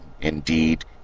indeed